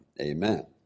Amen